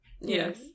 yes